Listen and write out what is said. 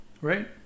right